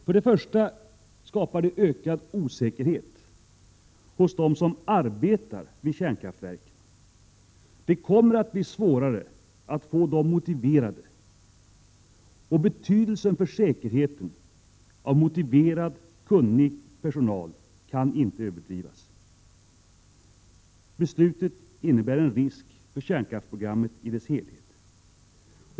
Först och främst skapar det ökad osäkerhet hos dem som arbetar vid kärnkraftverken. Det kommer att bli svårare att få dem motiverade. Betydelsen för säkerheten av motiverad, kunnig personal kan inte överdrivas. Beslutet innebär en risk för kärnkraftsprogrammet i dess helhet.